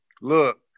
Look